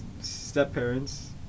step-parents